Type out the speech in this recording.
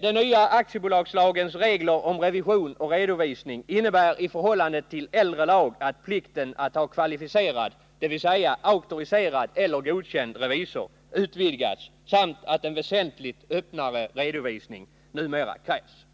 Den nya aktiebolagslagens regler om revision och redovisning innebär i förhållande till äldre lag att plikten att ha kvalificerad, dvs. auktoriserad eller godkänd, revisor utvidgats samt att en väsentligt öppnare redovisning numera krävs.